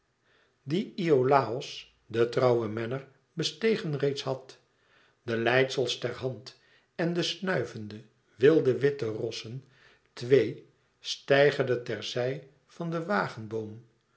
dien iolàos de trouwe menner bestegen reeds had de leidsels ter hand en de snuivende wilde witte rossen twee steigerende ter zij van den